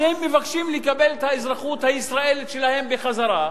כשהם מבקשים לקבל את האזרחות הישראלית שלהם בחזרה,